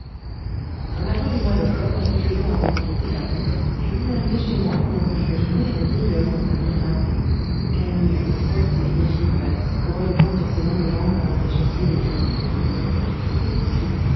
un matin du mois d'octobre quelques jours avant de quitter paris je vis arriver chez moi pendant que je déjeunais un vieil homme en habit râpé cagneux crotté l'échine basse grelottant sur ses longues jambes comme un échassier déplumé c'était bixiou